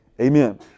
Amen